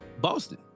Boston